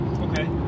Okay